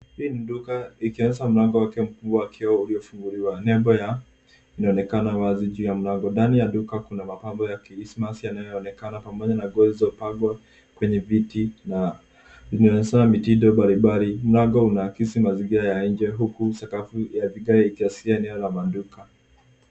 Hii ni duka ikionyesha mlango wake mkubwa wa kioo ukiwa umefunguliwa. Nembo yao inaonekana wazi juu ya mlango. Ndani ya duka, kuna mapambo ya Christmass pamoja na nguo zilizopangwa kwenye viti na nguo za mitindo mbalimbali. Mlango unaakisi mazingira ya nje huku sakafu ya vigae ikiashiria eneo la maduka.